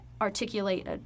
articulate